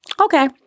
Okay